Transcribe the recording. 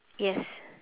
yes